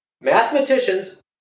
mathematicians